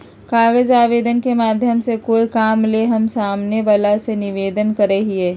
कागज आवेदन के माध्यम से कोय काम ले हम सामने वला से निवेदन करय हियय